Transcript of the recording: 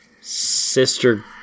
sister